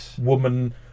woman